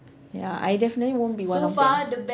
ya I definitely won't be one of them